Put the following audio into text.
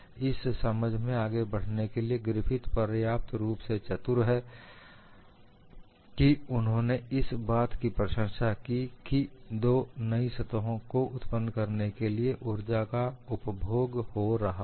इस समझ में आगे बढ़ने के लिए ग्रिफिथ पर्याप्त रूप से चतुर है कि उन्होंने इस बात की प्रशंसा की कि दो नई सतहों को उत्पन्न करने के लिए ऊर्जा का उपभोग हो रहा है